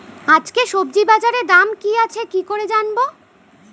আজকে সবজি বাজারে দাম কি আছে কি করে জানবো?